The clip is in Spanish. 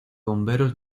bomberos